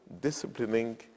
disciplining